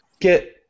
get